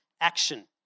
action